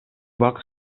бак